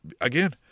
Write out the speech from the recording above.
again